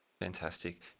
Fantastic